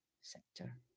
sector